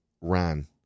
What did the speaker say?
ran